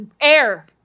air